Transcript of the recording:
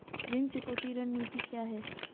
ऋण चुकौती रणनीति क्या है?